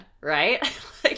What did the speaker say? right